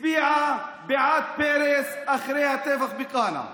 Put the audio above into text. הצביעה בעד פרס אחרי הטבח בכנא,